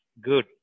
good